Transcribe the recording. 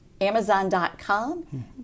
amazon.com